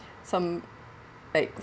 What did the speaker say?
some like